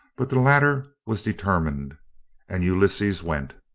but the latter was determined and ulysses went.